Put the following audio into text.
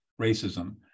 racism